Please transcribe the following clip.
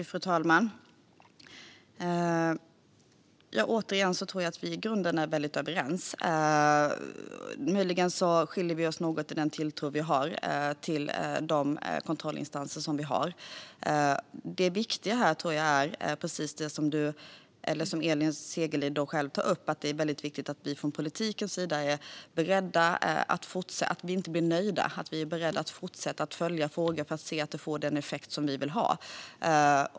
Fru talman! Jag tror återigen att vi i grunden är väldigt överens. Möjligen skiljer vi oss något i den tilltro vi har till våra kontrollinstanser. Det viktiga tror jag är, som Elin Segerlind själv tar upp, att vi från politikens sida inte blir nöjda utan är beredda att fortsätta att följa frågan för att se att vi får den effekt vi vill ha.